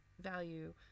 value